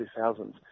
2000s